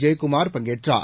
ஜெயக்குமார் பங்கேற்றார்